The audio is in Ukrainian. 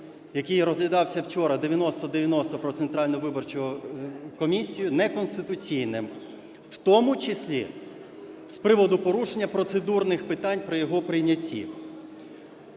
який розглядався вчора, 9090 "Про Центральну виборчу комісію" неконституційним, в тому числі з приводу порушення процедурних питань при його прийнятті.